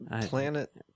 Planet